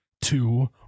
two